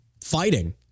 fighting